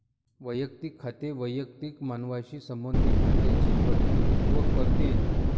वैयक्तिक खाते वैयक्तिक मानवांशी संबंधित खात्यांचे प्रतिनिधित्व करते